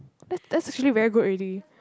that's that's actually very good already